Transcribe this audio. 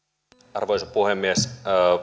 arvoisa puhemies